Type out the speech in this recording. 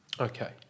Okay